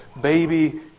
baby